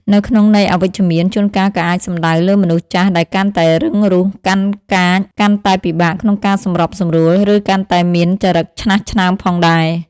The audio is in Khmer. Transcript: នៅក្នុងន័យអវិជ្ជមាន ជួនកាលក៏អាចសំដៅលើមនុស្សចាស់ដែលកាន់តែរឹងរូស កាន់កាច កាន់តែពិបាកក្នុងការសម្របសម្រួល ឬកាន់តែមានចរិតឆ្នាស់ឆ្នើមផងដែរ។